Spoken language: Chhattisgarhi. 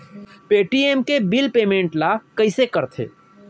पे.टी.एम के बिल पेमेंट ल कइसे करथे?